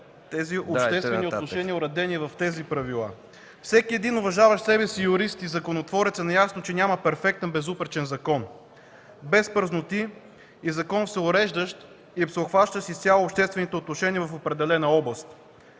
Обществени отношения, уредени в тези правила. Всеки уважаващ себе си юрист и законотворец е наясно, че няма перфектен, безупречен закон без празноти, всеуреждащ и всеобхващащ изцяло обществените отношения в определена област.